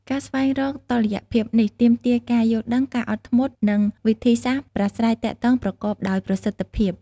ការស្វែងរកតុល្យភាពនេះទាមទារការយល់ដឹង ការអត់ធ្មត់ និងវិធីសាស្ត្រប្រាស្រ័យទាក់ទងប្រកបដោយប្រសិទ្ធភាព។